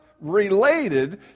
related